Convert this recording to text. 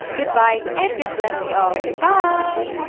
goodbye and god bless you all! goodbye!